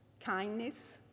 kindness